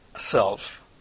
self